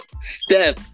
Steph